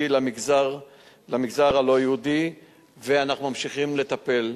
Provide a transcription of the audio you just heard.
למגזר הלא-יהודי ואנחנו ממשיכים לטפל.